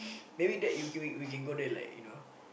maybe that we we we can go there like you know